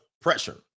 pressure